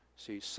see